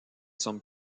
sommes